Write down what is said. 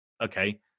okay